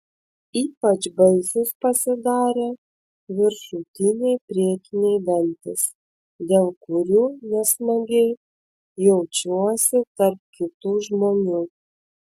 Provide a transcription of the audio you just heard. ypač baisūs pasidarė viršutiniai priekiniai dantys dėl kurių nesmagiai jaučiuosi tarp kitų žmonių